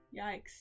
Yikes